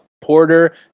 Porter